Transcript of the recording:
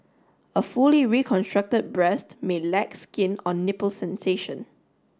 a fully reconstruct breast may lack skin or nipple sensation